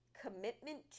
Commitment